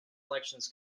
elections